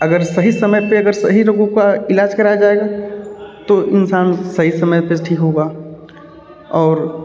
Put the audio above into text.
अगर सही समय पे अगर सही रोगों का ईलाज कराया जाएगा तो इंसान सही समय पे ठीक होगा और